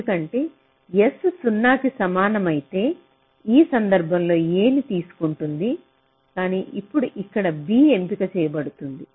ఎందుకంటే S 0 కి సమానం అయితే ఈ సందర్భంలో A నీ తీసుకుంటుంది కానీ ఇప్పుడు ఇక్కడ B ఎంపిక చేయబడుతుంది